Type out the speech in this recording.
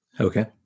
Okay